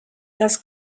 das